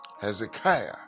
Hezekiah